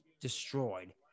destroyed